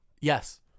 Yes